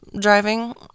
driving